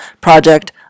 project